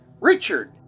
Richard